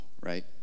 right